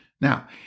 Now